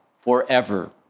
forever